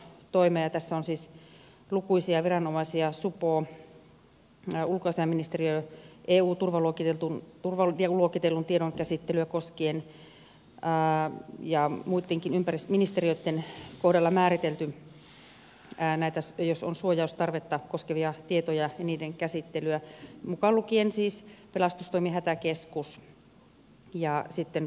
tässä on siis lukuisia viranomaisia supo ulkoasiainministeriö eu turvaluokitellun tiedon käsittelyä koskien ja muittenkin ministeriöitten kohdalla on määritelty näitä jos on suojaustarvetta koskevia tietoja ja niiden käsittelyä mukaan lukien siis pelastustoimi hätäkeskus ja sitten kyberturvallisuuskeskus